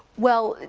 well,